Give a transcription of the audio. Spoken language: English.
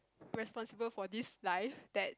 responsible for this life that